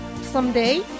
someday